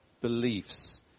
beliefs